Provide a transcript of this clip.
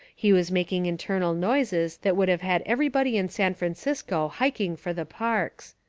he was making internal noises that would have had everybody in san francisco hiking for the parks.